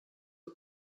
for